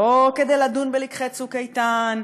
לא כדי לדון בלקחי "צוק איתן",